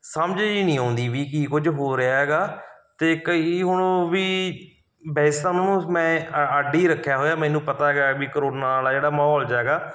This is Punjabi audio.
ਸਮਝ ਜਿਹੀ ਨਹੀਂ ਆਉਂਦੀ ਵੀ ਕੀ ਕੁਝ ਹੋ ਰਿਹਾ ਗਾ ਅਤੇ ਕਈ ਹੁਣ ਊਂ ਵੀ ਵੈਸੇ ਤਾਂ ਉਹਨਾਂ ਨੂੰ ਮੈਂ ਅ ਅੱਡ ਹੀ ਰੱਖਿਆ ਹੋਇਆ ਮੈਨੂੰ ਪਤਾ ਗਾ ਵੀ ਕਰੋਨਾ ਵਾਲਾ ਜਿਹੜਾ ਮਾਹੌਲ ਜਿਹਾ ਹੈਗਾ